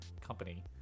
Company